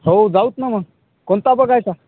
हो जाऊ तर ना मग कोणता बघायचा